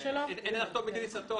אין הנחתום מעיד על עיסתו.